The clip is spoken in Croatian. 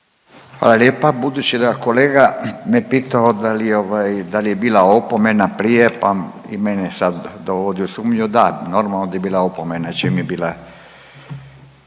Hvala lijepa. Budući da kolega me pitao da li ovaj, da li je bila opomena prije pa i mene sad dovodi u sumnju, da normalno da je bila opomena čim je bila,